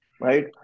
right